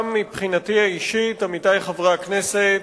גם מבחינתי האישית, עמיתי חברי הכנסת,